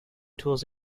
tools